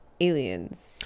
aliens